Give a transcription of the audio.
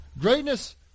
Greatness